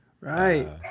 right